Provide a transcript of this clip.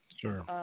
Sure